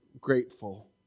grateful